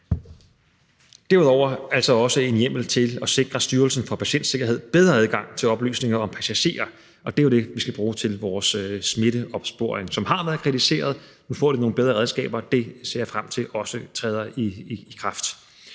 Derudover foreslås altså også hjemmel til at sikre Styrelsen for Patientsikkerhed bedre adgang til oplysninger om passagerer, og det er jo det, vi skal bruge til vores smitteopsporing, som har været kritiseret. Nu får de nogle bedre redskaber, og det ser jeg frem til også